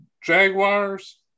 Jaguars